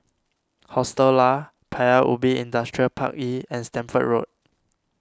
Hostel Lah Paya Ubi Industrial Park E and Stamford Road